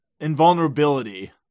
invulnerability